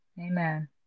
Amen